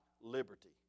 liberty